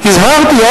הזהרתי.